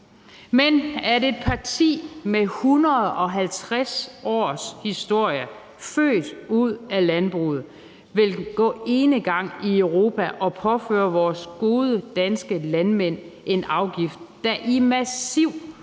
Men at et parti med 150 års historie, som er født ud af landbruget, vil gå enegang i Europa og påføre vores gode danske landmænd en afgift, der i massivt